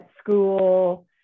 school